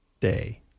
Day